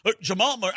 Jamal